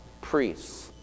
Priests